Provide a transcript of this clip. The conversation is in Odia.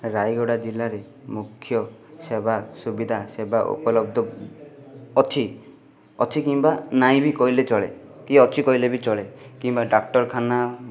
ରାୟଗଡ଼ା ଜିଲ୍ଲାରେ ମୁଖ୍ୟ ସେବା ସୁବିଧା ସେବା ଉପଲବ୍ଧ ଅଛି ଅଛି କିମ୍ବା ନାହିଁ ଵି କହିଲେ ଚଳେ କି ଅଛି କହିଲେ ବି ଚଳେ କିମ୍ବା ଡାକ୍ଟରଖାନା